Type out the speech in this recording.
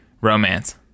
romance